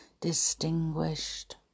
distinguished